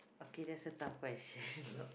okay that set up question